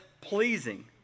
pleasing